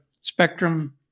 spectrum